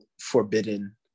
forbidden